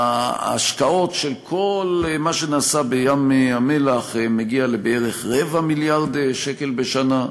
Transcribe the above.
ההשקעות של כל מה שנעשה בים-המלח מגיעות בערך לרבע מיליארד שקל בשנה,